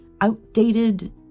outdated